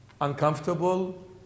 Uncomfortable